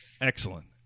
Excellent